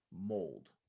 mold